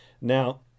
Now